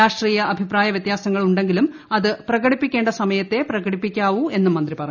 രാഷ്ട്രീയ അഭിപ്രായ വ്യത്യാസങ്ങൾ ഉണ്ടെങ്കിലും അത് പ്രകടിപ്പിക്കേണ്ട സമയത്തേ പ്രകടിപ്പിക്കാവൂ എന്നും മന്ത്രീ പ്റ്ഞ്ഞു